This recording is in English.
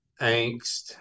angst